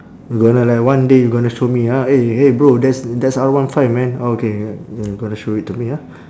gonna like one day you gonna show me ah eh eh bro that's that's R one five man okay you gonna show it to me ah